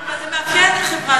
זה מאפיין חברה,